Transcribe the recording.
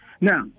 Now